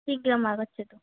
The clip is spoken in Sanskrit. शीघ्रम् आगच्छतु